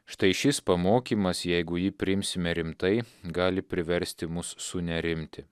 štai šis pamokymas jeigu jį priimsime rimtai gali priversti mus sunerimti